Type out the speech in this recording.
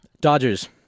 Dodgers